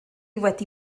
wedi